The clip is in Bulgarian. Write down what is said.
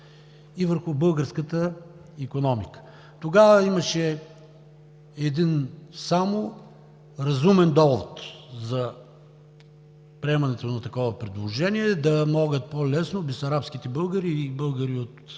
и върху българската икономика. Тогава имаше само един разумен довод за приемането на такова предложение – да могат по-лесно бесарабските българи и българи от